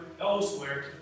elsewhere